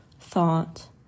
thought